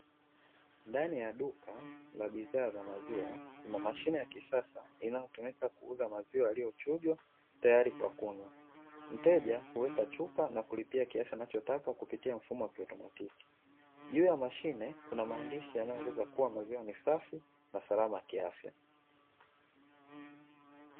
Ndani ya duka la bidhaa za maziwa, kuna mashine ya kisasa inayotumika kuuza maziwa yaliyochujwa tayari kwa kunywa, mteja huweka chupa na kulipia kiasi anachotaka kwa mfumo wa kiutomatiki, juu ya mashine kuna maandishi yanayoeleza kuwa maziwa ni safi na salama kiafya.